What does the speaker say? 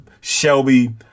Shelby